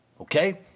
Okay